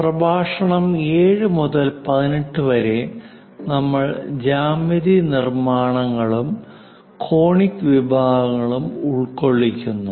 പ്രഭാഷണം 7 മുതൽ 18 വരെ നമ്മൾ ജ്യാമിതി നിർമ്മാണങ്ങളും കോണിക് വിഭാഗങ്ങളും ഉൾകൊള്ളിക്കുന്നു